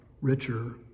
richer